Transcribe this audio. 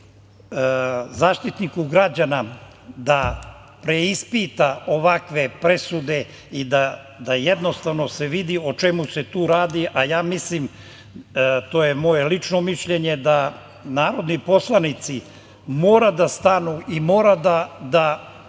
Zaštitniku građana da preispita ovakve presude i da se jednostavno vidi o čemu se tu radi. Mislim da, to je moje lično mišljenje, da narodni poslanici mora da stanu i mora da